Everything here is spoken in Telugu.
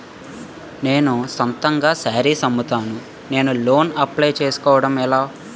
నేను సొంతంగా శారీస్ అమ్ముతాడ, నేను లోన్ అప్లయ్ చేసుకోవడం ఎలా?